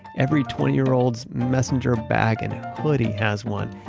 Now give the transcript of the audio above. every twenty year old's messenger bag and hoodie has one.